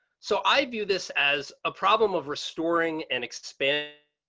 so i view this as a problem of restoring and expand